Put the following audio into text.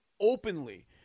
openly